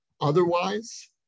Otherwise